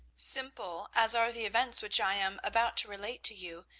simple as are the events which i am about to relate to you,